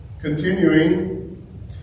Continuing